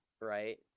Right